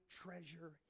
treasure